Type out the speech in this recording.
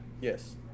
Yes